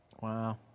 Wow